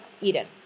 Eden